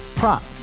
Prop